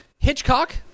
Hitchcock